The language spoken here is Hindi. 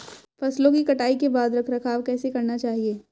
फसलों की कटाई के बाद रख रखाव कैसे करना चाहिये?